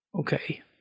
Okay